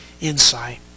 insight